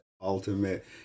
ultimate